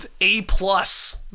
A-plus